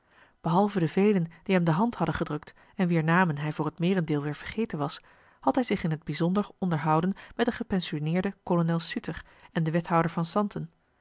behalve de velen die hem de hand marcellus emants een drietal novellen hadden gedrukt en wier namen hij voor t meerendeel weer vergeten was had hij zich in t bijzonder onderhouden met den gepensioneerden kolonel suter en den wethouder van zanten